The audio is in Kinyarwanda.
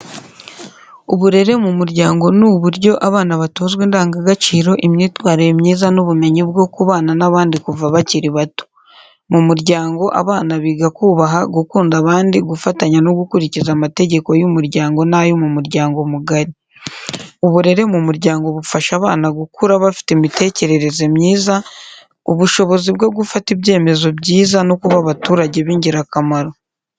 Uburere mu muryango ni uburyo abana batozwa indangagaciro, imyitwarire myiza n’ubumenyi bwo kubana n’abandi kuva bakiri bato. Mu muryango, abana biga kubaha, gukunda abandi, gufatanya no gukurikiza amategeko y’umuryango n’ayo mu muryango mugari. Uburere mu muryango bufasha abana gukura bafite imitekerereze myiza, ubushobozi bwo gufata ibyemezo byiza no kuba abaturage b’ingirakamaro.